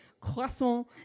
croissant